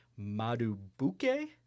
Madubuke